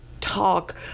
talk